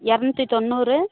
இரநூத்தி தொண்ணூறு